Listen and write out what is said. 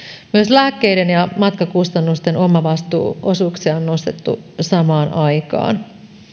lääkkeiden ja matkakustannusten omavastuuosuuksia on nostettu samaan aikaan